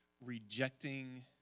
rejecting